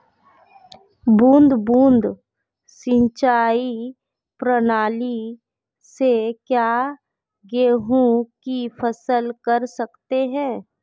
बूंद बूंद सिंचाई प्रणाली से क्या गेहूँ की फसल कर सकते हैं?